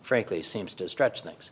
frankly seems to stretch things